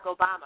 Obama